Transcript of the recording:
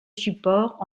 support